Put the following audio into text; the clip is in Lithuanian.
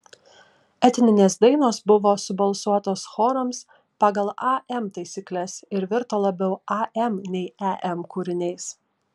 etninės dainos buvo subalsuotos chorams pagal am taisykles ir virto labiau am nei em kūriniais